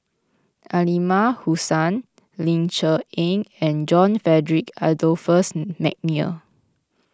Aliman Hassan Ling Cher Eng and John Frederick Adolphus McNair